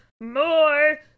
more